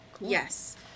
yes